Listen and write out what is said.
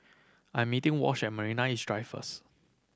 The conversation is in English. I 'm meeting Wash at Marina East Drive first